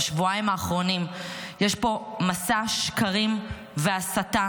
בשבועיים האחרונים יש פה מסע שקרים והסתה